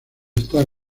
estar